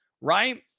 right